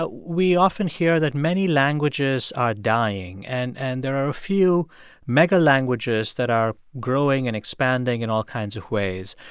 but we often hear that many languages are dying, and and there are a few megalanguages that are growing and expanding in all kinds of ways.